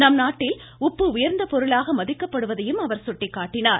நம் நாட்டில் உப்பு உயர்ந்த பொருளாக மதிப்பக்கப்படுவதையும் அவர் சுட்டிக்காட்டினார்